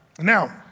Now